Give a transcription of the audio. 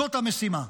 זאת המשימה.